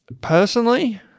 personally